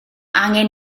angen